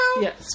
Yes